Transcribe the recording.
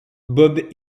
bob